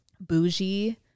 bougie